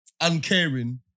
uncaring